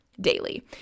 daily